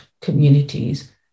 communities